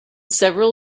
several